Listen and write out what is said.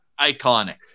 Iconic